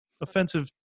offensive